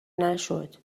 نشد